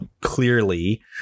clearly